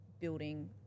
building